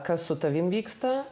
kas su tavimi vyksta